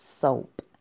SOAP